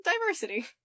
diversity